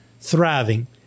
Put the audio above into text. thriving